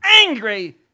angry